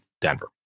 Denver